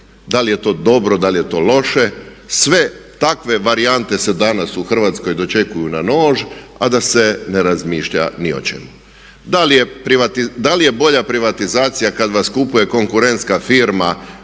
da li je to dobro, da li je to loše, sve takve varijante se danas u Hrvatskoj dočekuju na nož a da se ne razmišlja ni o čemu. Da li je bolja privatizacija kad vas kupuje konkurentska firma